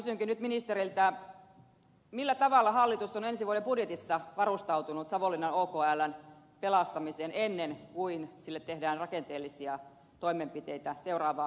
kysynkin nyt ministeriltä millä tavalla hallitus on ensi vuoden budjetissa varustautunut savonlinnan okln pelastamiseen ennen kuin sille tehdään rakenteellisia toimenpiteitä seuraavaa hallituskautta ajatellen